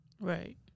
Right